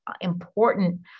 important